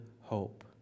hope